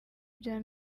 bya